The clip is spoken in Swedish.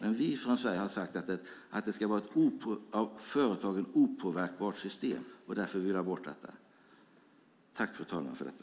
Vi har från Sverige sagt att det ska vara ett från företagen opåverkbart system, och därför vill vi ha bort detta.